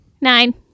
Nine